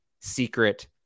secret